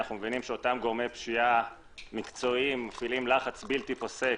אנחנו מבינים שאותם גורמי פשיעה מקצועיים מפעילים לחץ בלתי פוסק